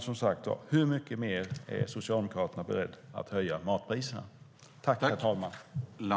Som sagt: Hur mycket mer är Socialdemokraterna beredda att höja matpriserna?